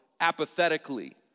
apathetically